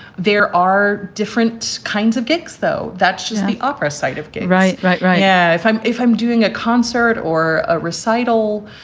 there are different kinds of gigs though. that's just the upper side of right. right. right. yeah if i'm if i'm doing a concert or a recital.